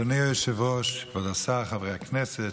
אדוני היושב-ראש, כבוד השר, חברי הכנסת,